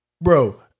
bro